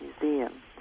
Museum